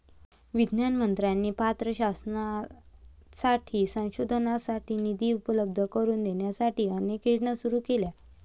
विज्ञान मंत्र्यांनी पात्र शास्त्रज्ञांसाठी संशोधनासाठी निधी उपलब्ध करून देण्यासाठी अनेक योजना सुरू केल्या